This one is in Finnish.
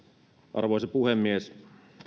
arvoisa puhemies